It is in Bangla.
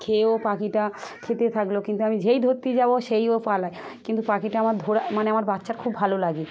খেয়েও পাখিটা খেতে থাকল কিন্তু আমি যেই ধরতে যাব সেই ও পালায় কিন্তু পাখিটা আমার ধরা মানে আমার বাচ্চার খুব ভালো লাগে